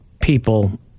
people